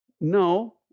No